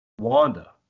Wanda